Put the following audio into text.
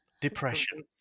depression